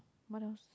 what else